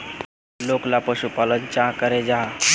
लोकला पशुपालन चाँ करो जाहा?